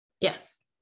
Yes